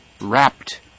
wrapped